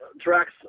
tracks